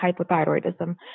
hypothyroidism